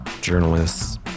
journalists